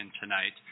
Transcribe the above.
tonight